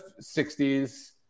60s